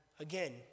Again